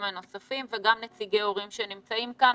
הנוספים וגם נציגי הורים שנמצאים כאן.